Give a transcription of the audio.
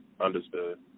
Understood